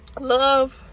Love